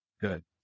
Good